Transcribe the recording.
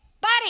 Buddy